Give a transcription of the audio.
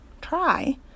try